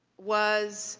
was